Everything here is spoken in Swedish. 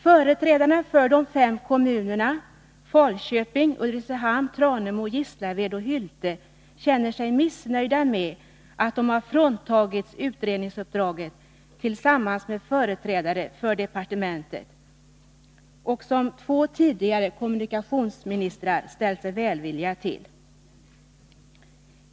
Företrädare för de fem kommunerna Falköping, Ulricehamn, Tranemo, Gislaved och Hylte känner sig missnöjda med att de har fråntagits det utredningsuppdrag de hade tillsammans med företrädare för departementet, ett utredningsuppdrag som två tidigare kommunikationsministrar ställt sig välvilliga till.